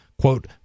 quote